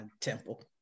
temple